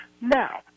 Now